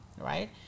right